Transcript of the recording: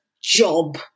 job